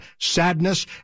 sadness